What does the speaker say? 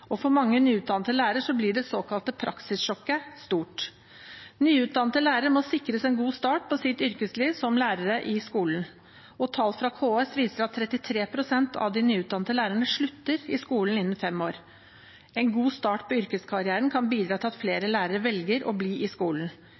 For mange nyutdannede lærere blir det såkalte praksissjokket stort. Nyutdannede lærere må sikres en god start på sitt yrkesliv som lærer i skolen. Tall fra KS viser at 33 pst. av de nyutdannede lærerne slutter i skolen innen fem år. En god start på yrkeskarrieren kan bidra til at flere lærere velger å bli i skolen.